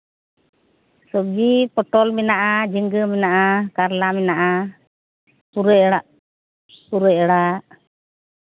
ᱥᱚᱵᱡᱤ ᱯᱚᱴᱚᱞ ᱢᱮᱱᱟᱜᱼᱟ ᱡᱷᱤᱸᱜᱟᱹ ᱢᱮᱱᱟᱜᱼᱟ ᱠᱟᱨᱞᱟ ᱢᱮᱱᱟᱜᱼᱟ ᱯᱩᱨᱟᱹᱭ ᱟᱲᱟᱜ ᱯᱩᱨᱟᱹᱭ ᱟᱲᱟᱜ